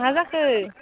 मा जाखो